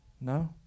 no